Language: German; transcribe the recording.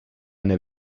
eine